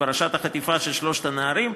בפרשת החטיפה של שלושת הנערים,